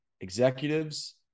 executives